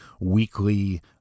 weekly